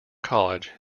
college